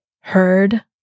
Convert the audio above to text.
heard